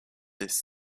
this